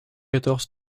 quatorze